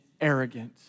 arrogant